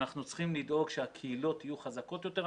אנחנו צריכים לדאוג שהקהילות יהיו חזקות יותר.